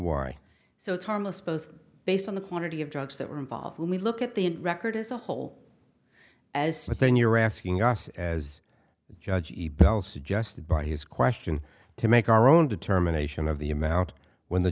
why so it's harmless both based on the quantity of drugs that were involved when we look at the record as a whole as such then you're asking us as a judge ebell suggested by his question to make our own determination of the amount when the